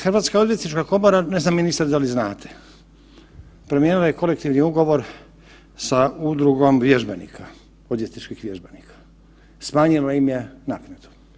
Hrvatska odvjetnička komora, ne znam ministar da li znate, promijenila je kolektivni ugovor sa udrugom vježbenika, odvjetničkih vježbenika, smanjila im je naknade.